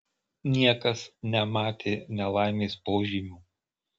niekas nematė nelaimės požymių